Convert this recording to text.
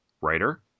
writer